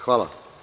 Hvala.